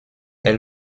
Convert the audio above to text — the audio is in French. est